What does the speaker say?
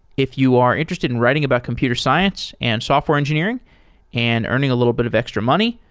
if you are interested in writing about computer science and software engineering and earning a little bit of extra money,